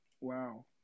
Wow